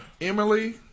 Emily